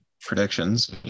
predictions